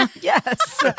Yes